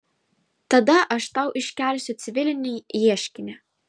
tada aš tau iškelsiu civilinį ieškinį